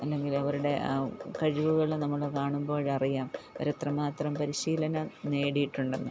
അല്ലെങ്കിൽ അവരുടെ കഴിവുകൾ നമ്മൾ കാണുമ്പോഴറിയാം അവർ എത്രമാത്രം പരിശീലനം നേടിയിട്ടുണ്ടെന്ന്